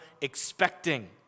expecting